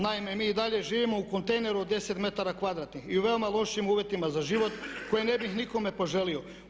Naime, mi i dalje živimo u kontejneru od 10 metara kvadratnih i u veoma lošim uvjetima za život koje ne bih nikome poželio.